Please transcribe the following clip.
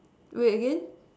do that again